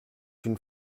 une